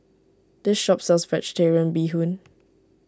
this shop sells Vegetarian Bee Hoon